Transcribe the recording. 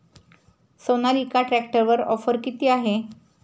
सोनालिका ट्रॅक्टरवर ऑफर किती आहे?